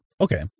okay